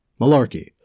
Malarkey